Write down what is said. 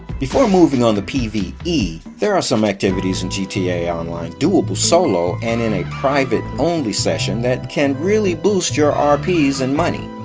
before moving on the pve, there are some activities in gta online doable solo and in a private only sessions that can really boost your rps and money.